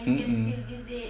mm mm